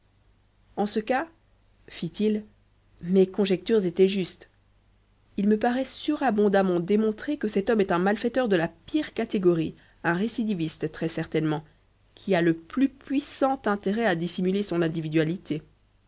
en ce cas fit-il mes conjectures étaient justes il me paraît surabondamment démontré que cet homme est un malfaiteur de la pire catégorie un récidiviste très certainement qui a le plus puissant intérêt à dissimuler son individualité